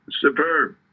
superb